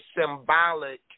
symbolic